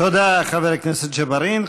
תודה, חבר הכנסת ג'בארין.